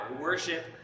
worship